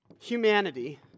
humanity